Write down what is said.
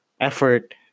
effort